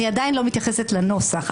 אני עדיין לא מתייחסת לנוסח.